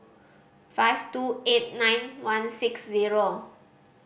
five two eight nine one six zero